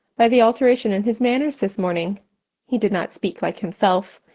by the alteration in his manners this morning he did not speak like himself,